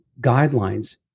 guidelines